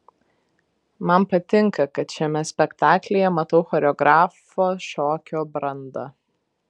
man patinka kad šiame spektaklyje matau choreografo šokio brandą